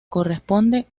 corresponde